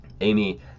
Amy